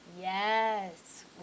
yes